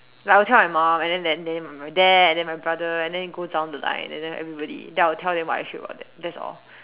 like I would tell my mum and then then my dad and then my brother and then it goes down the line and then everybody then I will tell them what I feel about them that's all